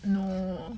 no